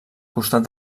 costat